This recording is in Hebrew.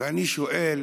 ואני שואל אתכם,